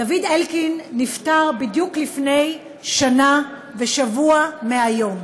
דוד אלקין נפטר בדיוק לפני שנה ושבוע מהיום,